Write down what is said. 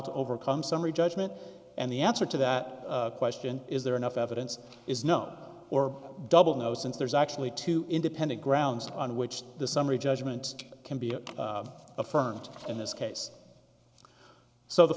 to overcome summary judgment and the answer to that question is there enough evidence is known or double no since there's actually two independent grounds on which the summary judgment can be affirmed in this case so the